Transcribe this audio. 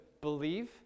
believe